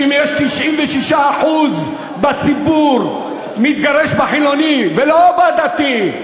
שאם 96% מהמתגרשים הם בציבור החילוני ולא בדתי,